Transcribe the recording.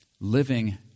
living